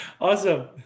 Awesome